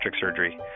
surgery